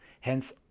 hence